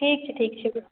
ठीक छै ठीक छै गो